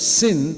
sin